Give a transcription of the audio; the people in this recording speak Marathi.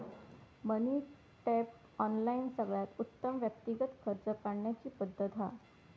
मनी टैप, ऑनलाइन सगळ्यात उत्तम व्यक्तिगत कर्ज काढण्याची पद्धत हा